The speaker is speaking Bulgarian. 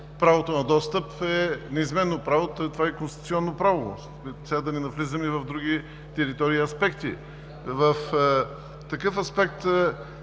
Правото на достъп е неизменно право. То е и конституционно право, сега да не навлизаме в други територии и аспекти. В такъв аспект